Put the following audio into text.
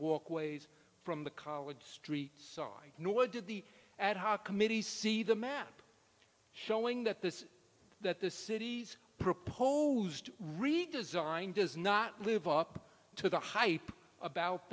walkways from the college street sign nor did the ad hoc committee see the map showing that this that the city's proposed redesign does not live up to the hype about